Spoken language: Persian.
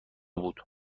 بود